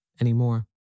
anymore